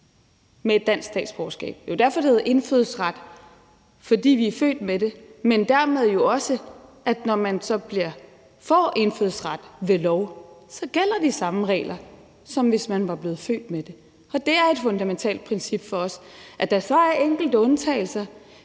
med dansk statsborgerskab. Det er jo derfor, det hedder indfødsret; vi er født med det, men dermed jo også, at når man så også får indfødsret ved lov, gælder de samme regler, som hvis man var blevet født med det, og det er et fundamentalt princip for os. At der så er enkelte undtagelser,